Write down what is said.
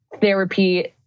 therapy